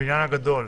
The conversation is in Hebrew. בבניין הגדול,